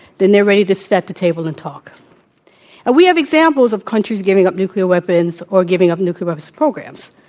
then they're ready to sit at the table and talk. and we have examples of countries giving up nuclear weapons or giving up nuclear weapons programs.